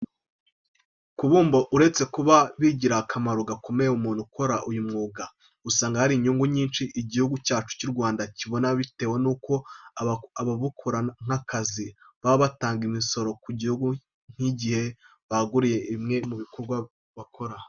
Ku bumba uretse kuba bigirira akamaro gakomeye umuntu ukora uyu mwuga, usanga hari n'inyungu nyinshi igihugu cyacu cy'u Rwanda kibona bitewe nuko ababukora nk'akazi, baba batanga imisoro ku gihugu nk'igihe babaguriye bimwe mu byo bakora.